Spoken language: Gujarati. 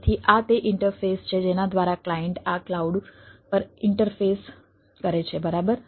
તેથી આ તે ઇન્ટરફેસ છે જેના દ્વારા ક્લાયન્ટ આ ક્લાઉડ પર ઇન્ટરફેસ કરે છે બરાબર